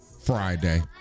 friday